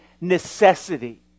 necessity